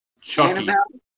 Chucky